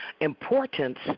importance